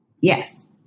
Yes